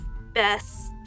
best